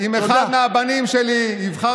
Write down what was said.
ואני אומר לכם פה שאם אחד מהבנים שלי יבחר